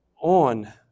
on